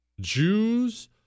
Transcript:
Jews